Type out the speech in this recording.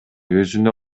өзүнө